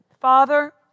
Father